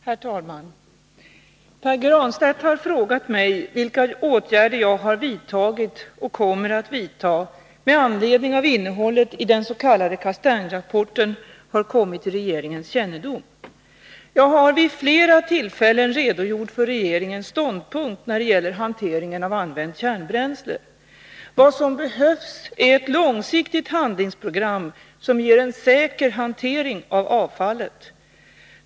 Herr talman! Pär Granstedt har frågat mig vilka åtgärder jag har vidtagit — och kommer att vidta — med anledning av att innehållet i den s.k. Castaingrapporten har kommit till regeringens kännedom. Jag har vid flera tillfällen redogjort för regeringens ståndpunkt när det gäller hanteringen av använt kärnbränsle. Vad som behövs är ett långsiktigt handlingsprogram, som ger en säker hantering av avfallet.